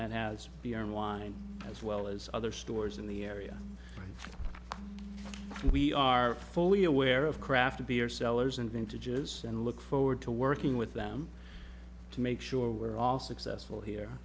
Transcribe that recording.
that has to be on line as well as other stores in the area we are fully aware of craft beer sellers and vintages and look forward to working with them to make sure we're all successful here